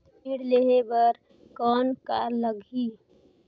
ऋण लेहे बर कौन का लगही?